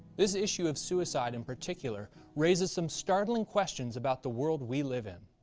this issue of suicide in particular raises some startling questions about the world we live in.